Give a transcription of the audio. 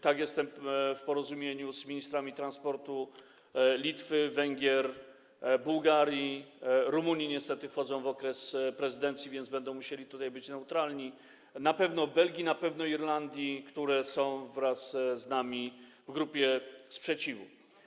Tak, jest porozumienie z ministrami transportu Litwy, Węgier, Bułgarii - Rumuni niestety wchodzą w okres prezydencji, więc będą musieli być tutaj neutralni - na pewno Belgii, na pewno Irlandii, które są wraz z nami w grupie sprzeciwu.